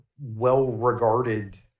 well-regarded